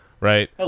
Right